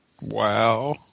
Wow